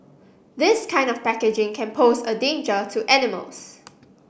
this kind of packaging can pose a danger to animals